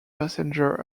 passenger